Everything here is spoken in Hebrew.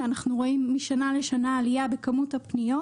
ואנחנו רואים משנה לשנה עלייה בכמות הפניות